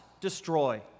destroy